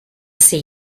see